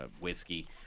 whiskey